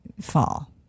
fall